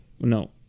No